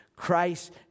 Christ